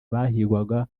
abahigwaga